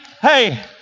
hey